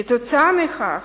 כתוצאה מכך,